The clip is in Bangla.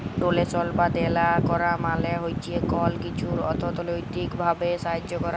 ডোলেশল বা দেলা ক্যরা মালে হছে কল কিছুর অথ্থলৈতিক ভাবে সাহায্য ক্যরা